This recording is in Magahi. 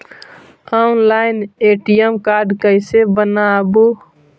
ऑनलाइन ए.टी.एम कार्ड कैसे बनाबौ?